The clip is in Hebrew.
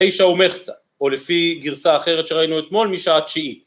תשע ומחצה, או לפי גרסה אחרת שראינו אתמול משעת תשיעית.